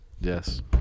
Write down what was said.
Yes